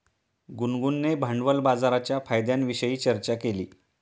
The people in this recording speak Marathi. गुनगुनने भांडवल बाजाराच्या फायद्यांविषयी चर्चा केली